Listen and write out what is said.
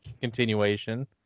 continuation